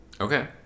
Okay